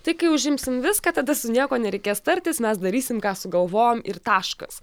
tik kai užimsim viską tada su niekuo nereikės tartis mes darysim ką sugalvojom ir taškas